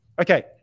Okay